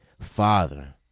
Father